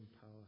power